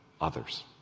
others